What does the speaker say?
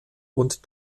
und